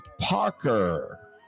Parker